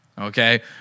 Okay